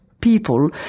people